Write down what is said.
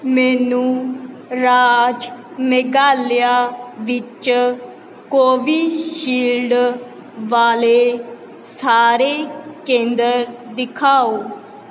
ਮੈਨੂੰ ਰਾਜ ਮੇਘਾਲਿਆ ਵਿੱਚ ਕੋਵਿਸ਼ਿਲਡ ਵਾਲੇ ਸਾਰੇ ਕੇਂਦਰ ਦਿਖਾਓ